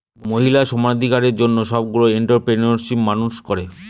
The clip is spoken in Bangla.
মহিলা সমানাধিকারের জন্য সবগুলো এন্ট্ররপ্রেনিউরশিপ মানুষ করে